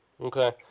Okay